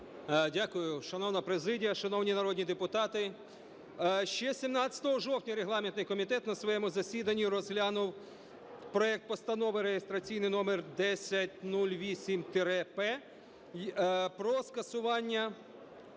Дякую. Шановна президія, шановні народні депутати! Ще 17 жовтня регламентний комітет на своєму засіданні розглянув проект Постанови реєстраційний номер 1008-П про скасування